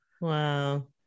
Wow